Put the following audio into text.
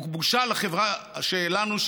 בושה לחברה שלנו,